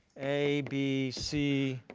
a, b, c,